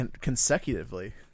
consecutively